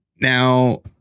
Now